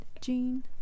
gene